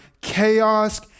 chaos